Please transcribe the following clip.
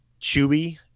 chewy